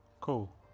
Cool